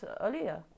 earlier